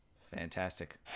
fantastic